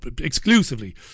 exclusively